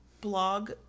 blog